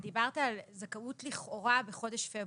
אתה דיברת על זכאות לכאורה בחודש פברואר,